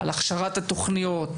על הכשרת התוכניות,